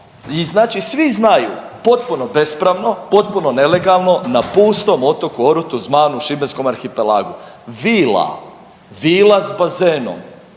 I znači svi znaju potpuno bespravno, potpuno nelegalno na pustom otoku Orutu Zmanu u Šibenskom arhipelagu vila, vila s bazenom.